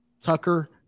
Tucker